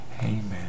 Amen